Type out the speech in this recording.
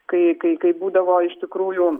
kai kai kai būdavo iš tikrųjų